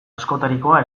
askotarikoa